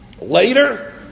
Later